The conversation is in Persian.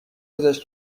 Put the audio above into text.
پزشک